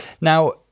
now